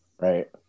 right